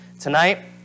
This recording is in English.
Tonight